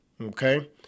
Okay